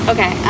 Okay